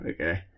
okay